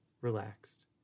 relaxed